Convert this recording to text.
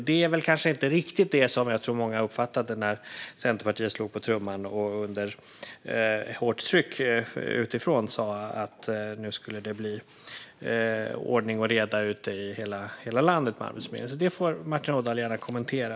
Det är väl kanske inte riktigt det som jag tror många uppfattade skulle ske när Centerpartiet slog på stora trumman och under hårt tryck utifrån sa att det nu skulle bli ordning och reda på Arbetsförmedlingen i hela landet. Det får Martin Ådahl gärna kommentera.